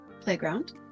Playground